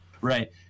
right